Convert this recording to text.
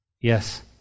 Yes